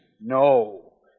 No